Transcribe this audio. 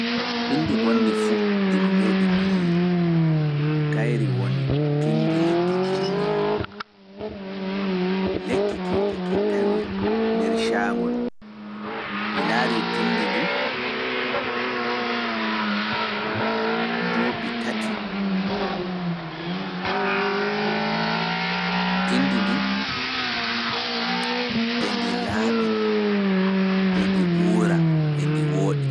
Pindi bonndi fuu ndi mi meeɗi mi yi’i, kayri woni pindi lekki kirnihi. Lekki kin eki tawa nder caangol. Mi laarii pindi ndin endi laaɓi, endi uura, endi wooɗi.